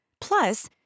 Plus